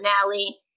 finale